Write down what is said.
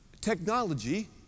technology